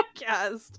podcast